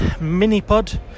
mini-pod